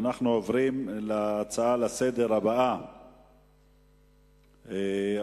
אנחנו עוברים להצעות הבאות לסדר-היום,